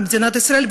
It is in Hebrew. למדינת ישראל,